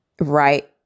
Right